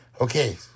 okay